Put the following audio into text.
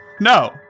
No